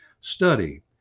study